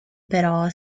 però